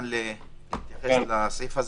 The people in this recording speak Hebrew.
לגבי הסעיף הזה.